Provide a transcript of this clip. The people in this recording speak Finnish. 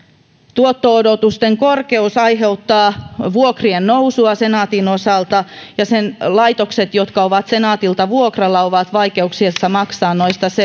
tuotto odotusten korkeus aiheuttaa vuokrien nousua senaatin osalta ja sen laitokset jotka ovat senaatilta vuokralla ovat vaikeuksissa maksaa